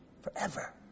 Forever